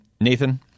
Nathan